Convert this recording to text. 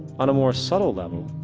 on more subtle level,